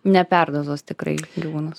neperdozuos tikrai gyvūnas